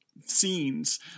scenes